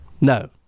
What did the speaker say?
No